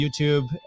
YouTube